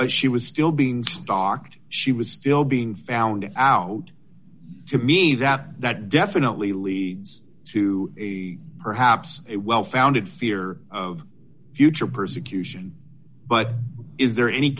she was still being stalked she was still being found out to me that definitely leads to a perhaps a well founded fear of future persecution but is there any